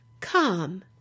Come